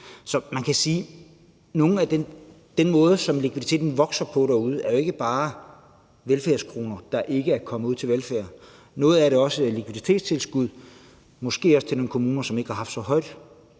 Så man kan sige, at når likviditeten vokser derude, er det jo ikke bare velfærdskroner, der ikke er kommet ud til velfærd, for noget af det er også likviditetstilskud, måske også til nogle kommuner, der ikke har haft så stort